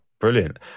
Brilliant